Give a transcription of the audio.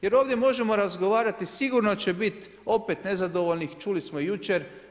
Jer ovdje možemo razgovarati, sigurno će biti opet nezadovoljnih, čuli smo i jučer.